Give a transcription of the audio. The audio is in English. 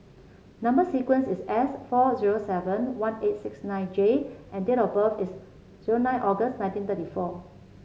number sequence is S four zero seven one eight six nine J and date of birth is zero nine August nineteen thirty four